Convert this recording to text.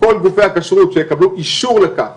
כל גופי הכשרות שיקבלו אישור לכך